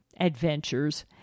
adventures